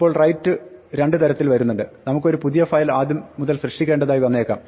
ഇപ്പോൾ write രണ്ട് തരത്തിൽ വരുന്നുണ്ട് നമുക്ക് ഒരു പുതിയ ഫയൽ ആദ്യം മുതൽ സൃഷ്ടിക്കേണ്ടതായി വന്നേക്കാം